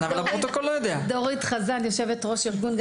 הרשויות החזקות,